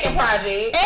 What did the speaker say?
project